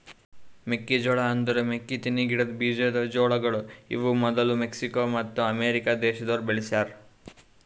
ಮೆಕ್ಕಿ ಜೋಳ ಅಂದುರ್ ಮೆಕ್ಕಿತೆನಿ ಗಿಡದ್ ಬೀಜದ್ ಜೋಳಗೊಳ್ ಇವು ಮದುಲ್ ಮೆಕ್ಸಿಕೋ ಮತ್ತ ಅಮೇರಿಕ ದೇಶದೋರ್ ಬೆಳಿಸ್ಯಾ ರ